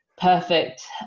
perfect